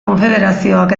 konfederazioak